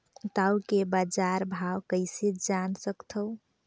टाऊ के बजार भाव कइसे जान सकथव?